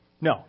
No